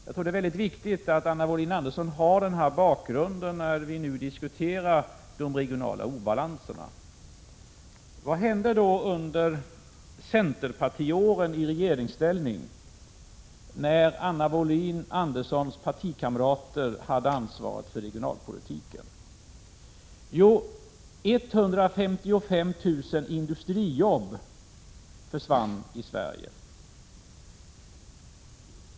Jag tror att det är mycket viktigt att Anna Wohlin-Andersson har denna bakgrund klar för sig när vi nu diskuterar de regionala obalanserna. Vad hände under de år då centerpartiet satt i regeringsställning, dvs. när Anna Wohlin-Anderssons partikamrater hade ansvaret för regionalpolitiken? Jo, 155 000 industrijobb försvann i Sverige.